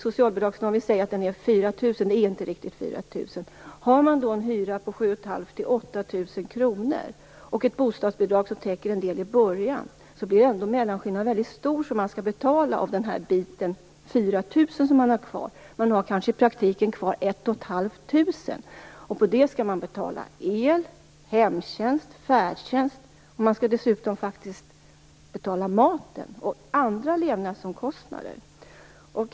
Låt oss säga att socialbidragsnormen är 4 000 kr - den är inte riktigt 4 000 kr. Om man har en hyra på 7 500-8 000 kr och ett bostadsbidrag som täcker en del i början, blir mellanskillnaden ändå väldigt stor som man skall betala av de 4 000 kr man har kvar. Man har kanske i praktiken kvar 1 500 kr. Av det skall man betala el, hemtjänst och färdtjänst, och man skall dessutom betala maten och andra levnadsomkostnader.